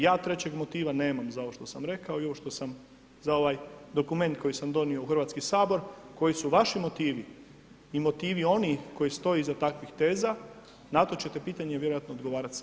Ja trećeg motiva nemam za ovo što sam rekao i za ovaj dokument koji sam donio u Hrvatski sabor, koji su vaši motivi i motivi onih koji stoje iza takvih teza, na to ćete pitanje vjerojatno odgovarati sami.